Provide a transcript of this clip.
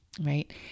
right